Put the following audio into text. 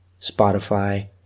Spotify